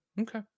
okay